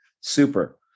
Super